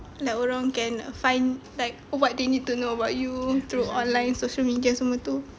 like orang can find like what they need to know about you through online social media semua tu